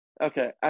Okay